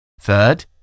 Third